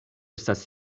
estas